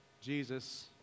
Jesus